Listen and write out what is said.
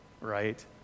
right